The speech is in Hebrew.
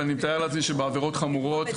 ואני מתאר לעצמי שבעבירות חמורות,